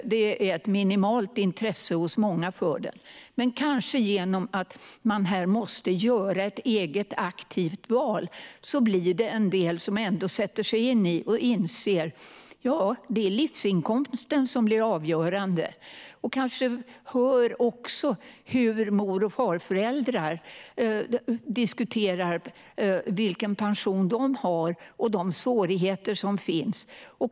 Intresset är minimalt hos många. Men kanske, genom att man här måste göra ett eget aktivt val, blir det några som ändå sätter sig in i det hela och inser att det är livsinkomsten som blir avgörande. De kanske också hör hur mor och farföräldrar diskuterar vilken pension de har och de svårigheter som finns.